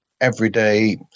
everyday